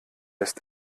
ist